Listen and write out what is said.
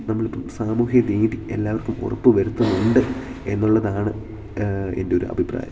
നമ്മൾ ഇപ്പം സാമൂഹ്യനീതി എല്ലാവർക്കും ഉറപ്പ് വരുത്തുന്നുണ്ട് എന്നുള്ളതാണ് എൻ്റെ ഒരു അഭിപ്രായം